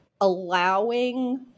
allowing